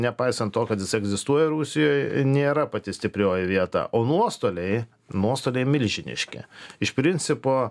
nepaisant to kad jis egzistuoja rusijoj nėra pati stiprioji vieta o nuostoliai nuostoliai milžiniški iš principo